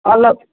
অলপ